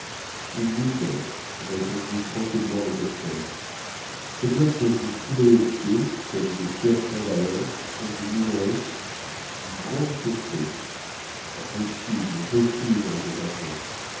une mine dor répondit tranquillement le docteur ces blocs que vous foulez aux pieds comme des pierres sans valeur sont du minerai d'une grande pureté impossible impossible répéta joe